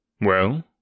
Well